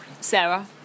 Sarah